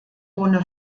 ohne